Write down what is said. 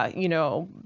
ah you know,